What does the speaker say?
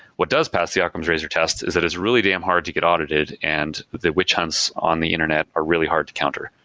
what does pass the occam's razor tests is that it's really damn hard to get audited and the witch hunts on the internet are really hard to counter.